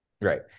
Right